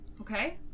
Okay